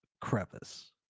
crevice